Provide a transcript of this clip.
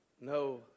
No